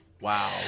wow